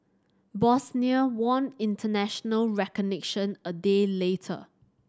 Bosnia won international recognition a day later